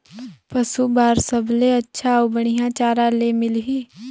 पशु बार सबले अच्छा अउ बढ़िया चारा ले मिलही?